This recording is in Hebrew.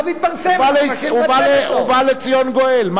ובא לציון גואל.